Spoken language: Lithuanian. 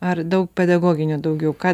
ar daug pedagoginių daugiau ką